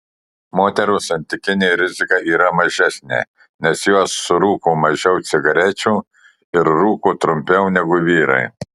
moterų santykinė rizika yra mažesnė nes jos surūko mažiau cigarečių ir rūko trumpiau negu vyrai